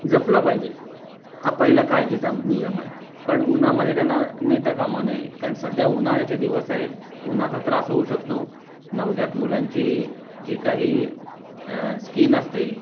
जपलं पाहिजे हा पहिला काळजीचा नियम आहे कारण उन्हामध्ये त्यांना नेता कामा नये कारण सध्या उन्हाळ्याचे दिवस आहेत उन्हाचा त्रास होऊ शकतो नवजात मुलांची जी काही स्किन असते